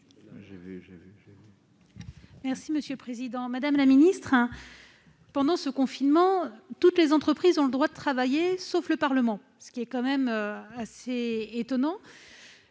explication de vote. Madame la ministre, pendant ce confinement, toutes les entreprises ont le droit de travailler, sauf le Parlement, ce qui est quand même assez étonnant.